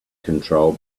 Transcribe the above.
control